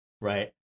right